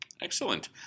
Excellent